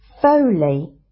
Foley